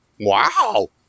wow